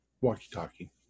walkie-talkie